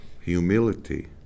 humility